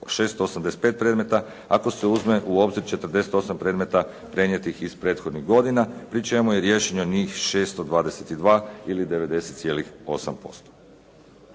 685 predmeta, ako se uzme u obzir 48 predmeta prenijetih iz prethodnih godina, pri čemu je riješeno njih 622 ili 90,8%.